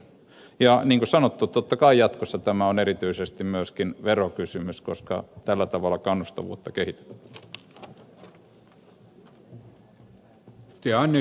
ja niin kuin sanottu totta kai jatkossa tämä on erityisesti myöskin verokysymys koska tällä tavalla kannustavuutta kehitetään